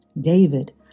David